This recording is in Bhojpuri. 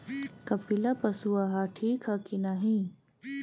कपिला पशु आहार ठीक ह कि नाही?